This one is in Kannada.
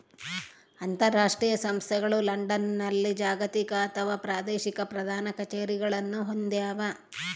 ಅಂತರಾಷ್ಟ್ರೀಯ ಸಂಸ್ಥೆಗಳು ಲಂಡನ್ನಲ್ಲಿ ಜಾಗತಿಕ ಅಥವಾ ಪ್ರಾದೇಶಿಕ ಪ್ರಧಾನ ಕಛೇರಿಗಳನ್ನು ಹೊಂದ್ಯಾವ